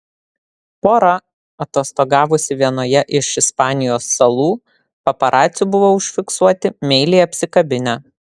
pora atostogavusi vienoje iš ispanijos salų paparacių buvo užfiksuoti meiliai apsikabinę